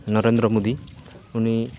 ᱱᱚᱨᱮᱱᱫᱨᱚ ᱢᱳᱫᱤ ᱩᱱᱤ